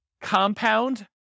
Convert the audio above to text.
compound